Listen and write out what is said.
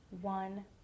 one